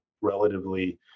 relatively